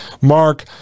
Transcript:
Mark